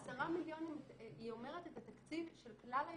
ה-10 מיליון אומרת את התקציב של כלל היחידה.